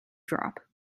drop